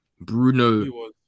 Bruno